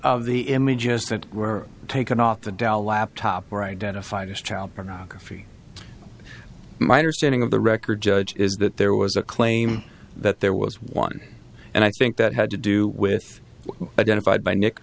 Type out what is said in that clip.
of the images that were taken off the dell laptop were identified as child pornography my understanding of the record judge is that there was a claim that there was one and i think that had to do with identified by nick